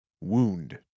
Wound